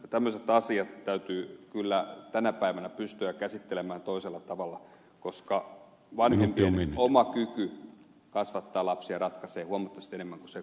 tämmöiset asiat täytyy kyllä tänä päivänä pystyä käsittelemään toisella tavalla koska vanhempien oma kyky kasvattaa lapsia ratkaisee huomattavasti enemmän kuin seksuaalinen suuntautuminen